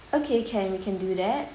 okay can we can do that